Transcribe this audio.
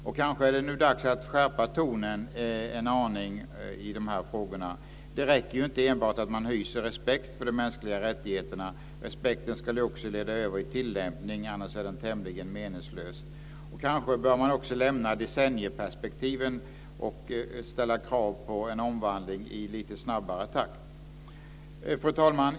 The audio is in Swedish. Och kanske är det nu dags att skärpa tonen en aning i de här frågorna. Det räcker ju inte enbart med att man hyser respekt för de mänskliga rättigheterna. Respekten ska ju också leda över i tillämpning. Annars är den tämligen meningslös. Kanske bör man också lämna decennieperspektiven och ställa krav på en omvandling i lite snabbare takt. Fru talman!